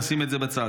אז נשים את זה בצד.